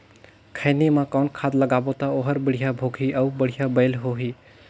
खैनी मा कौन खाद लगाबो ता ओहार बेडिया भोगही अउ बढ़िया बैल होही?